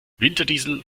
winterdiesel